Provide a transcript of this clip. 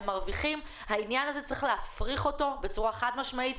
את העניין הזה צריך להפריך בצורה חד משמעית.